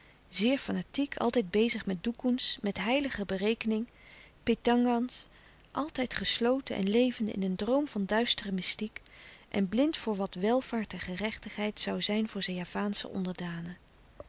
zeer fanatiek altijd bezig met doekoens met heilige berekeningen petangans altijd gesloten en levende in een droom van duistere mystiek en blind voor wat welvaart en gerechtigheid zoû zijn voor zijn javaansche onderdanen